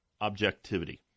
objectivity